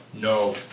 No